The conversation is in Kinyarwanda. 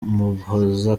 umuhoza